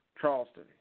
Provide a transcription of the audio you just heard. Charleston